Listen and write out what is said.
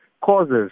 causes